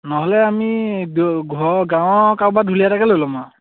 নহ'লে আমি ঘৰ গাঁৱৰ কাৰোবাৰ ঢুলীয়া এটাকে লৈ ল'ম আৰু